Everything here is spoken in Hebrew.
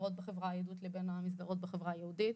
המסגרות בחברה היהודית לבין המסגרות בחברה הערבית.